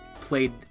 played